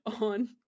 on